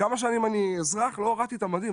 כמה שנים שאני אזרח לא הורדתי את המדים,